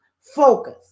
focus